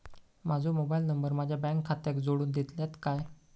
माजो mobile number माझ्या bank खात्याक जोडून दितल्यात काय?